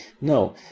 No